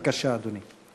בבקשה, אדוני.